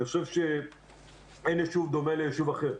אני חושב שאין יישוב דומה ליישוב אחר.